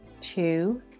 two